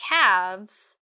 calves